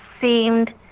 seemed